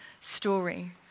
story